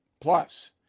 Plus